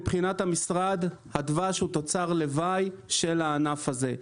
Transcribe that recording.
מבחינת המשרד הדבש הוא תוצר לוואי של הענף הזה.